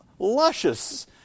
luscious